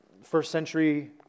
first-century